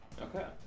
Okay